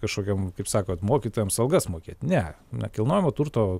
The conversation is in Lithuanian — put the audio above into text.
kažkokiam kaip sakoe mokytojams algas mokėt ne nekilnojamo turto